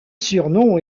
surnom